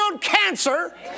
cancer